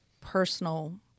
personal